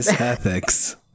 ethics